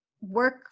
work